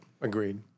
Agreed